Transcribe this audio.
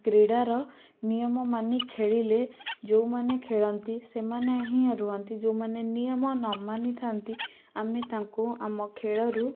କ୍ରୀଡ଼ାର ନିୟମ ମାନି ଖେଳିଲେ ଯେଉଁ ମାନେ ଖେଳନ୍ତି ସେମାନେ ହିଁ ରୁହନ୍ତି ଯେଉଁ ମାନେ ନିୟମ ନ ମାନି ଥାନ୍ତି ଆମେ ତାଙ୍କୁ ଆମ ଖେଳରୁ